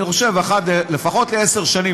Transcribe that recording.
אני חושב שלפחות אחת לעשור,